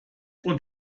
und